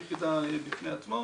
זה יחידה בפני עצמה.